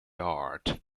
art